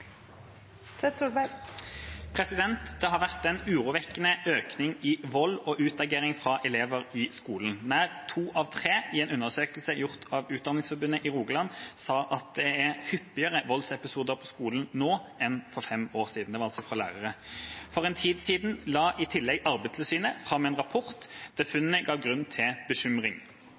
har vært en urovekkende økning i vold i skolen, der nær to av tre i en undersøkelse gjort av Utdanningsforbundet i Rogaland sa at det er hyppigere voldsepisoder på skolen nå enn for fem år siden. For en tid siden la i tillegg